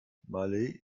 malé